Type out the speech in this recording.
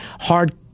hard